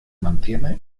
mantiene